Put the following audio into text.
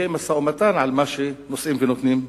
משא-ומתן על מה שנושאים ונותנים עליו.